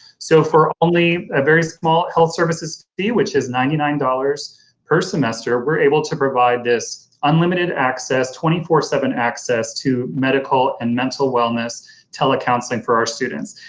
so for only a very small health services fee, which is ninety nine dollars per semester, we're able to provide this unlimited access twenty four seven access to medical and mental wellness tele-counseling for our students.